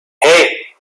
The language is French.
hey